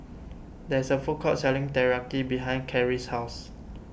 there is a food court selling Teriyaki behind Kerrie's house